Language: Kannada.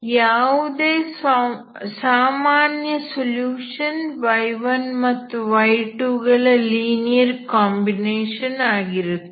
ಯಾವುದೇ ಸಾಮಾನ್ಯ ಸೊಲ್ಯೂಷನ್ y1 ಮತ್ತು y2 ಗಳ ಲೀನಿಯರ್ ಕಾಂಬಿನೇಷನ್ ಆಗಿರುತ್ತದೆ